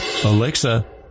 Alexa